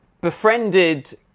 befriended